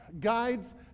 Guides